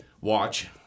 Watch